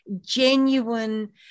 genuine